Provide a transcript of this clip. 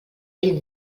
ell